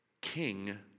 king